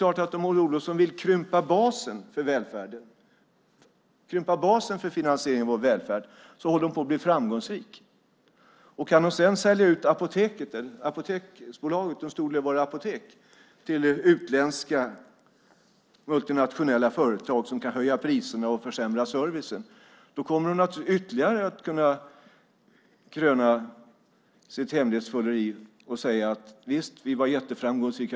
Om Maud Olofsson vill krympa basen för finansieringen av vår välfärd håller hon på att bli framgångsrik. Kan hon sedan sälja ut Apoteket och en stor del av våra apotek till utländska multinationella företag som kan höja priserna och försämra servicen kommer hon att kunna kröna sitt hemlighetsmakeri ytterligare och säga att vi var jätteframgångsrika.